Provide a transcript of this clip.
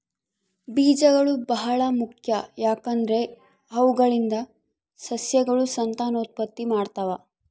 ಬೀಜಗಳು ಬಹಳ ಮುಖ್ಯ, ಯಾಕಂದ್ರೆ ಅವುಗಳಿಂದ ಸಸ್ಯಗಳು ಸಂತಾನೋತ್ಪತ್ತಿ ಮಾಡ್ತಾವ